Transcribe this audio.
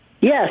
Yes